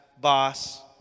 boss